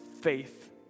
faith